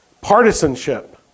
partisanship